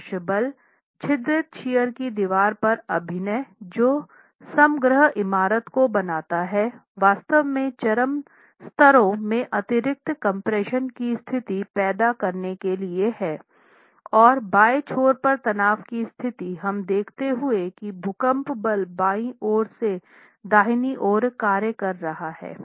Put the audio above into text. पार्श्व बल छिद्रित शियरकी दीवार पर अभिनय जो समग्र इमारत को बनाता है वास्तव में चरम स्तरों में अतिरिक्त कम्प्रेशन की स्थिति पैदा करने के लिए हैं और बाएं छोर पर तनाव की स्थिति यह देखते हुए कि भूकंप बल बाईं ओर से दाहिनी ओर कार्य कर रहा है